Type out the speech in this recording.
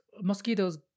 mosquitoes